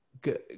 good